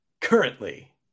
currently